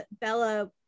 Bella